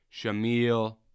Shamil